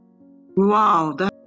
Wow